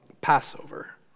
Passover